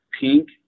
pink